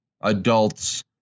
Adults